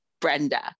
brenda